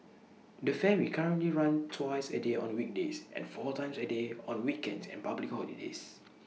the ferry currently runs twice A day on weekdays and four times A day on weekends and public holidays